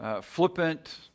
Flippant